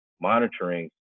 monitoring